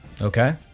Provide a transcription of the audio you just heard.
Okay